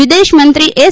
વિદેશમંત્રી એસ